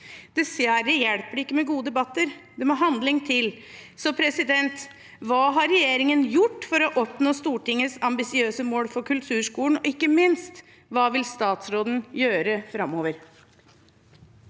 Dessverre hjelper det ikke med gode debatter, det må handling til. Så hva har regjeringen gjort for å oppnå Stortingets ambisiøse mål for kulturskolen? Og ikke minst: Hva vil statsråden gjøre framover?